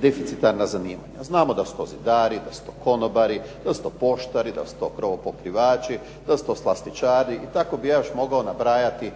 deficitarna zanimanja. Znamo da su to zidari, da su to konobari, da su to poštari, da su to krovopokrivači, da su to slastičari i tako bih ja još mogao nabrojati